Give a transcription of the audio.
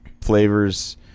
flavors